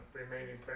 remaining